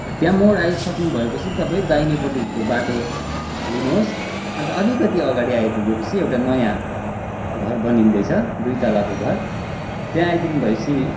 त्यहाँ मोड आइसक्नु भएपछि तपाईँ दाहिनेपट्टिको बाटो लिनुहोस् अन्त अलिकति अगाडि आइपुगेपछि एउटा नयाँ घर बनिँदैछ दुई तलाको घर त्यहाँ आइपुग्नु भएपछि